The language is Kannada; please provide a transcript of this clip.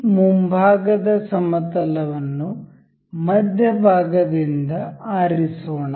ಈ ಮುಂಭಾಗದ ಸಮತಲವನ್ನು ಮಧ್ಯ ಭಾಗದಿಂದ ಆರಿಸೋಣ